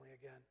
again